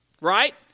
Right